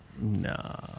No